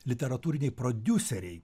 literatūriniai prodiuseriai